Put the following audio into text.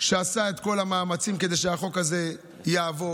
שעשה את כל המאמצים כדי שהחוק הזה יעבור.